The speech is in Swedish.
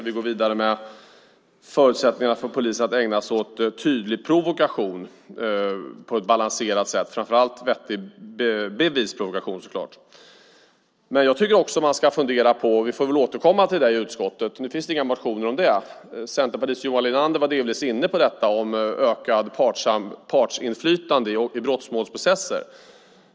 Vi går vidare med förutsättningarna för polisen att ägna sig åt tydlig provokation på ett balanserat sätt, framför allt vettig bevisprovokation, så klart. Men jag tycker också att man ska fundera på en annan sak. Vi får väl återkomma till det i utskottet. Nu finns det inga motioner om det. Centerpartiets Johan Linander var delvis inne på detta med ökat partsinflytande i brottmålsprocesser.